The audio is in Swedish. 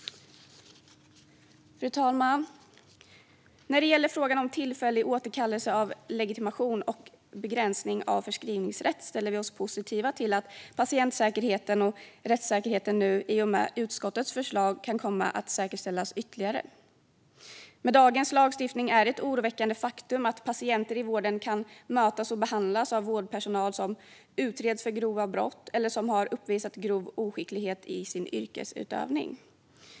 Fru talman! När det gäller frågan om tillfällig återkallelse av legitimation och begränsning av förskrivningsrätt ställer vi oss positiva till att patientsäkerheten och rättssäkerheten nu i och med utskottets förslag kan komma att säkerställas ytterligare. Med dagens lagstiftning är det ett oroväckande faktum att patienter i vården kan mötas och behandlas av vårdpersonal som utreds för grova brott eller som har uppvisat grov oskicklighet i sin yrkesutövning.